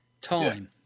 time